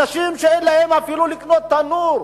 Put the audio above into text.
אנשים שאין להם אפילו כדי לקנות תנור,